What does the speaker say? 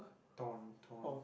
thorn thorn